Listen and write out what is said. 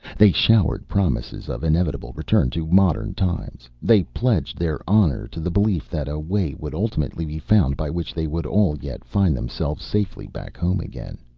they showered promises of inevitable return to modern times, they pledged their honor to the belief that a way would ultimately be found by which they would all yet find themselves safely back home again.